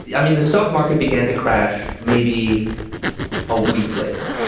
yeah i mean, the stock market began to crash maybe a week later,